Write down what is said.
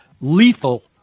lethal